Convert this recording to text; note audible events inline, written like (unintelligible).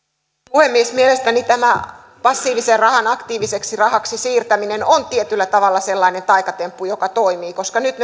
puhemies mielestäni tämä passiivisen rahan aktiiviseksi rahaksi siirtäminen on tietyllä tavalla sellainen taikatemppu joka toimii koska nyt (unintelligible)